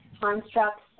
constructs